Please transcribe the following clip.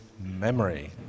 memory